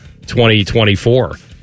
2024